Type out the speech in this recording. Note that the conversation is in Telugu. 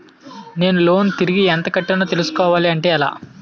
నేను లోన్ తిరిగి ఎంత కట్టానో తెలుసుకోవాలి అంటే ఎలా?